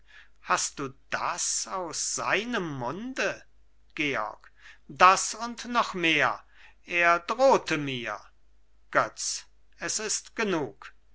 hast du das aus seinem munde georg das und noch mehr er drohte mir götz es ist genug